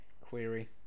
query